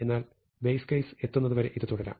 എന്നാൽ base case എത്തുന്നതുവരെ ഇത് തുടരാം